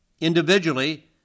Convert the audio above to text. individually